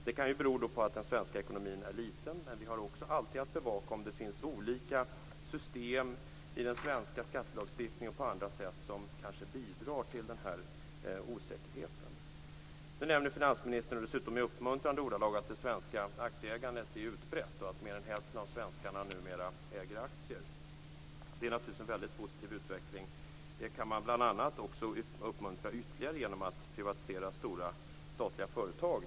Det kan bero på att den svenska ekonomin är liten, men vi har också alltid att bevaka om det finns olika system i den svenska skattelagstiftningen som kanske bidrar till den här osäkerheten. Nu nämnde finansministern, och dessutom i uppmuntrande ordalag, att det svenska aktieägandet är utbrett och att mer än hälften av svenskarna numera äger aktier. Det är naturligtvis en väldigt positiv utveckling. Det kan man bl.a. uppmuntra ytterligare genom att privatisera stora statliga företag.